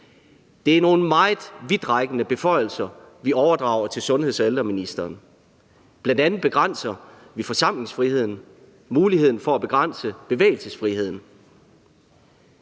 Det er nogle meget vidtrækkende beføjelser, vi overdrager til sundheds- og ældreministeren. Bl.a. begrænser vi forsamlingsfriheden og giver mulighed for at begrænse bevægelsesfriheden.